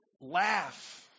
laugh